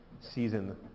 season